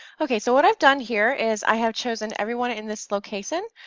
okay so what i've done here is, i have chosen everyone in this location.